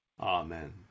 Amen